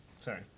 sorry